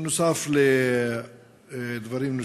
נוסף על דברים אחרים,